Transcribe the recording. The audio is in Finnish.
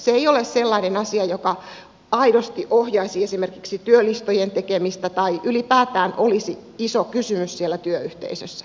se ei ole sellainen asia joka aidosti ohjaisi esimerkiksi työlistojen tekemistä tai ylipäätään olisi iso kysymys siellä työyhteisössä